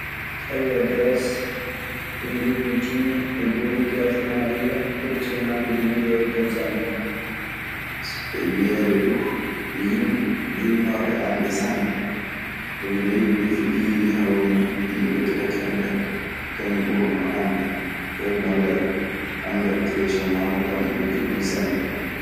Ayio grese heɓe jogi jimi e ɓomi hertanaɗiɓe, kerciengaku dun ɓuriton dembe. E wiyeede duu ɓe yimɓe jogiinooɓe annde sanne. Sabi leydi ndii fuu hiirii hawriino, yimɓe Gerek en ɓee kañun ɓurnoo annde. Fay banngal anndal Kerecienŋaagu, kamɓe ndokki ɗun sembe.